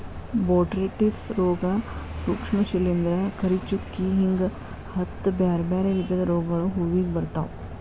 botrytis ರೋಗ, ಸೂಕ್ಷ್ಮ ಶಿಲಿಂದ್ರ, ಕರಿಚುಕ್ಕಿ ಹಿಂಗ ಹತ್ತ್ ಬ್ಯಾರ್ಬ್ಯಾರೇ ವಿಧದ ರೋಗಗಳು ಹೂವಿಗೆ ಬರ್ತಾವ